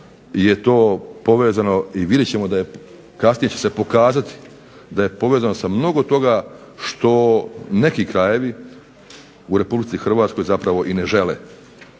je to povezano i vidjet ćemo da je, kasnije će se pokazati da je povezano sa mnogo toga što neki krajevi u Republici Hrvatskoj zapravo i ne žele,